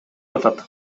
атат